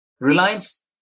Reliance